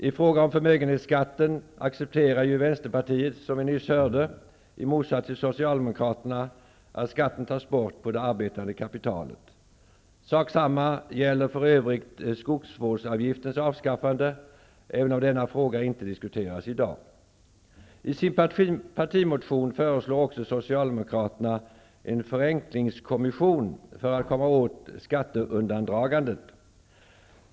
I fråga om förmögenhetsskatten accepterar Vänsterpartiet, som vi nyss hörde, i motsats till Socialdemokraterna att skatten tas bort på det arbetande kapitalet. Samma sak gäller för övrigt skogsvårdsavgiftens avskaffande, även om denna fråga inte diskuteras i dag. Socialdemokraterna att en förenklingskommission tillsätts för att man skall komma åt skatteundandragandet.